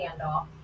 standoff